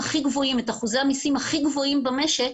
מהשכר שלהם את אחוזי המסים הכי גבוהים במשק.